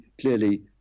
clearly